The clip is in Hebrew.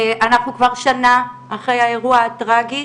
אנחנו כבר שנה אחרי האירוע הטרגי